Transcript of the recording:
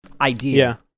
idea